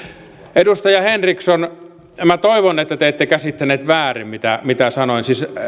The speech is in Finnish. edustaja henriksson minä toivon että te ette käsittänyt väärin mitä mitä sanoin siis